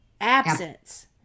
absence